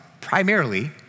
primarily